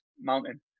Mountain